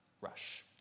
rush